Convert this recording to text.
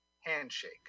handshake